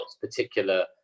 particular